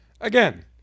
Again